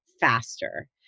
faster